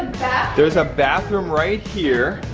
there's a bathroom right here.